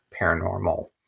paranormal